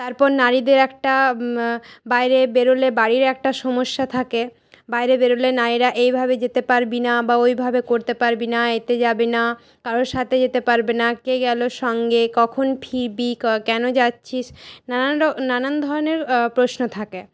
তারপর নারীদের একটা বাইরে বেরোলে বাড়ির একটা সমস্যা থাকে বাইরে বেরোলে নারীরা এইভাবে যেতে পারবি না বা ওইভাবে করতে পারবি না এতে যাবি না কারোর সাথে যেতে পারবে না কে গেলো সঙ্গে কখন ফিরবি কেন যাচ্ছিস নানান নানান ধরনের প্রশ্ন থাকে